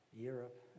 Europe